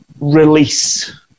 release